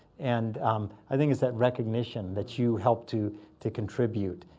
and i think it's that recognition that you helped to to contribute.